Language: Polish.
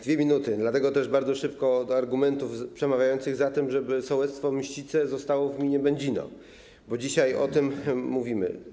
2 minuty, dlatego też bardzo szybko - argumenty przemawiające za tym, żeby sołectwo Mścice zostało w gminie Będzino, bo dzisiaj o tym mówimy.